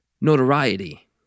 notoriety